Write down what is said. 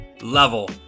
level